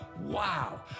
wow